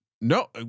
No